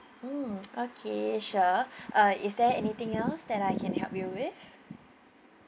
mm okay sure uh is there anything else that I can help you with